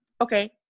okay